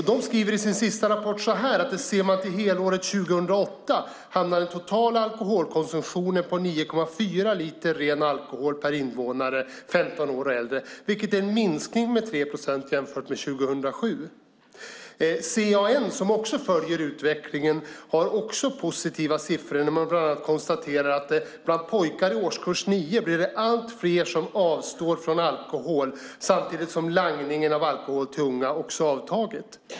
Man skriver i sin senaste rapport att helåret 2008 hamnade den totala alkoholkonsumtionen på 9,4 liter ren alkohol per invånare 15 år och äldre, vilket är en minskning med 3 procent jämfört med 2007. CAN, som även följer utvecklingen, har också positiva siffror. Man konstaterar bland annat att det bland pojkar i årskurs 9 blir allt fler som avstår från alkohol. Samtidigt har också langningen av alkohol till unga avtagit.